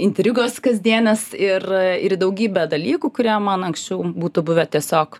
intrigos kasdienės ir ir į daugybę dalykų kurie man anksčiau būtų buvę tiesiog